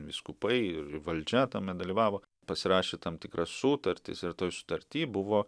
vyskupai ir valdžia tame dalyvavo pasirašė tam tikras sutartis ir toj sutarty buvo